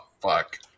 fuck